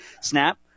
Snap